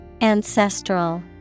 Ancestral